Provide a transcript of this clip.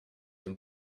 dem